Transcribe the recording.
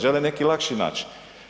Žele neki lakši način.